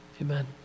Amen